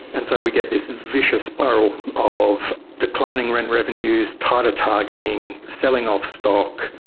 and so we get this vicious spiral of declining rent revenues, tighter targeting, selling off stock,